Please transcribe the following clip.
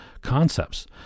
concepts